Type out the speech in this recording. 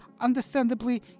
understandably